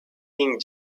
being